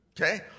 Okay